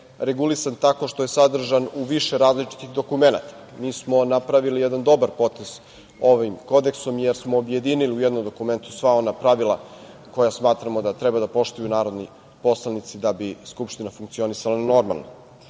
regulisan tako što je sadržan u više različitih dokumenata. Mi smo napravili jedan dobar potez ovim kodeksom jer smo objedinili u jednom dokumentu sva ona pravila koja smatramo da treba da poštuju narodni poslanici da bi Skupština funkcionisala normalno. Važno